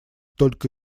только